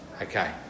Okay